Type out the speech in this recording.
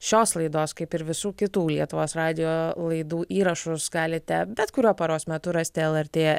šios laidos kaip ir visų kitų lietuvos radijo laidų įrašus galite bet kuriuo paros metu rasti lrt